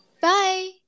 bye